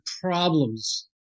problems